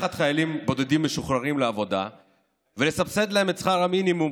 לקחת חיילים בודדים משוחררים לעבודה ולסבסד להם את שכר המינימום,